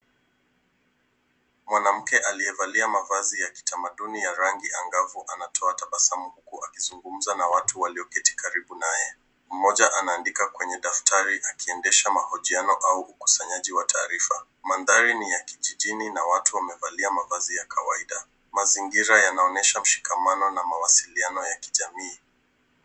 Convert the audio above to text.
Mwanamke aliyevalia mavazi ya kitamaduni ya rangi angavu anatoa tabasamu kuwa akizugumza na watu walio karibu na yeye. Mmoja anaandika kwenye daftari akiendesha mahojiano au ukusanyaji wa taarifa. Mandhari ni ya kijijini na watu wamevalia mavazi ya kawaida. Mazingira yanaonyesha mshikamano na mawasiliano na ya kijamii.